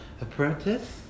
Apprentice